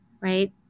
right